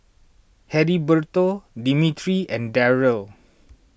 Heriberto Dimitri and Darryle